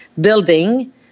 building